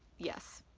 yes,